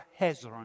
Hezron